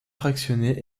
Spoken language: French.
fractionnée